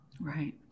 Right